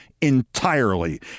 entirely